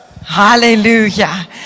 Hallelujah